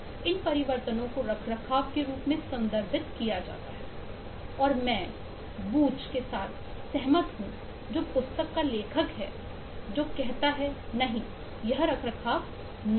इन परिवर्तनों को रखरखाव के रूप में संदर्भित किया जाता है और मैं बूच के साथ सहमत हूं जो पुस्तक का लेखक है जो कहता है नहीं यह रखरखाव नहीं है